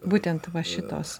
būtent va šitos